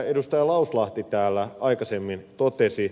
lauslahti täällä aikaisemmin totesi